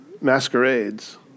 masquerades